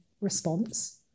response